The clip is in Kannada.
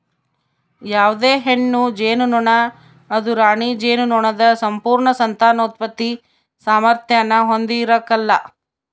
ಯಾವುದೇ ಹೆಣ್ಣು ಜೇನುನೊಣ ಅದು ರಾಣಿ ಜೇನುನೊಣದ ಸಂಪೂರ್ಣ ಸಂತಾನೋತ್ಪತ್ತಿ ಸಾಮಾರ್ಥ್ಯಾನ ಹೊಂದಿರಕಲ್ಲ